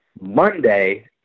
Monday